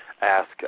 ask